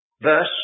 Verse